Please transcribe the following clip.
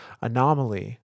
Anomaly